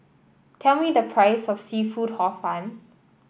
tell me the price of seafood Hor Fun